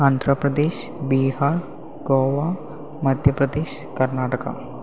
Andhra Pradesh Bihar Goa Madhya Pradesh Karnataka